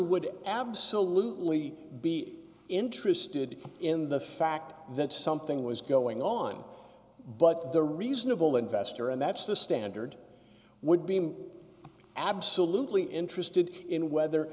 would absolutely be interested in the fact that something was going on but the reasonable investor and that's the standard would be i'm absolutely interested in whether